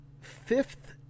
fifth